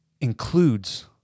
includes